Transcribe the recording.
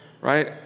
right